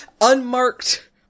unmarked